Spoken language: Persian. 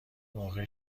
موقع